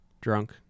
Drunk